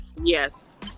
Yes